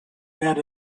bet